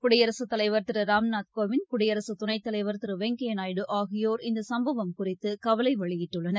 குடியரசுத் தலைவர் திருராம்நாத் கோவிந்த் குடியரசுதனைத்தலைவர் திருவெங்கையாநாயுடு ஆகியோர் இந்தசம்பவம் குறித்துகவலைவெளியிட்டுள்ளனர்